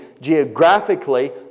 geographically